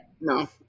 No